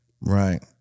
Right